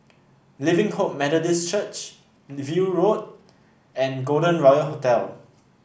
Living Hope Methodist Church View Road and Golden Royal Hotel